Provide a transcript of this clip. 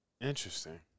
Interesting